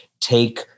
take